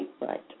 Right